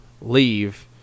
leave